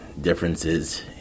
differences